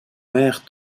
mère